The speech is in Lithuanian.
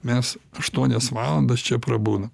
mes aštuonias valandas čia prabūna